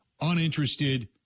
uninterested